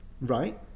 Right